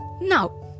now